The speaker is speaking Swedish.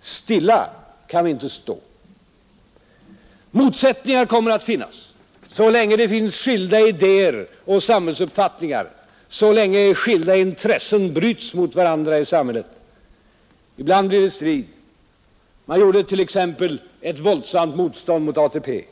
Stilla kan vi inte stå. Motsättningar kommer att finnas, så länge det finns skilda idéer och samhällsuppfattningar, så länge skilda intressen bryts mot varandra i sanshället. Ibland blir det strid. Man gjorde t.ex. ett våldsamt motstånd mot ATP.